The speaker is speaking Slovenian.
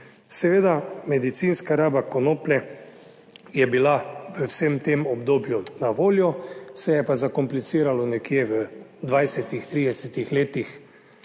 Seveda medicinska raba konoplje je bila v vsem tem obdobju na voljo, se je pa zakompliciralo nekje v 20, 30 letih